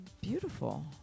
beautiful